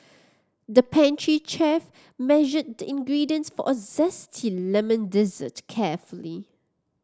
the pastry chef measured the ingredients for a zesty lemon dessert carefully